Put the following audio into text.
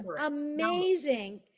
Amazing